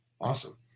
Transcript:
Awesome